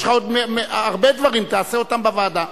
יש לך עוד הרבה דברים, תעשה אותם בוועדה.